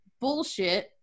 bullshit